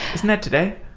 isn't that today?